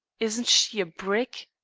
isn't she a brick?